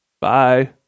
Bye